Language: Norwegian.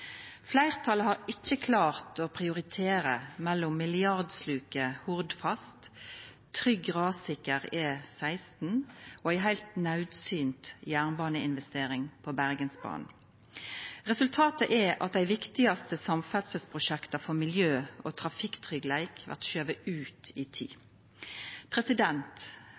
Fleirtalet har ikkje klart å prioritera mellom milliardsluket Hordfast, trygg, rassikker E16 og ei heilt naudsynt jernbaneinvestering på Bergensbanen. Resultatet er at dei viktigaste samferdselsprosjekta for miljø og trafikktryggleik blir skyvde ut i tid.